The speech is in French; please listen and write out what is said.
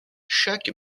chaque